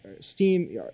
steam